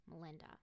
Melinda